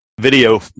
video